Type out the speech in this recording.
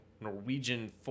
Norwegian